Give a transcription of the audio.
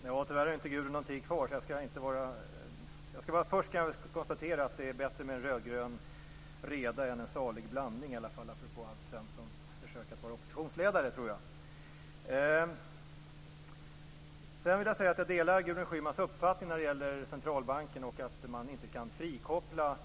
Fru talman! Tyvärr har inte Gudrun någon talartid kvar. Först skall jag konstatera att det är bättre med en rödgrön reda än en salig blandning, apropå Alf Sedan vill jag säga att jag delar Gudrun Schymans uppfattning när det gäller Centralbanken och att man som politiker inte kan frikoppla